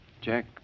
Jack